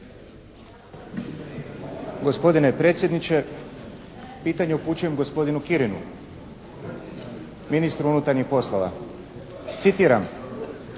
Gospodine predsjedniče, pitanje upućujem gospodinu Kirinu, ministru unutarnjih poslova. Citiram: